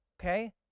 okay